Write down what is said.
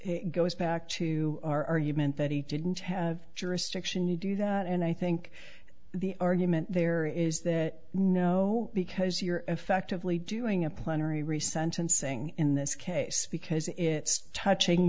it goes back to our argument that he didn't have jurisdiction to do that and i think the argument there is that no because you're effectively doing a plenary re sentencing in this case because it's touching